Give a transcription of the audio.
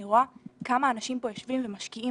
אני רואה כמה אנשים יושבים פה ומשקיעים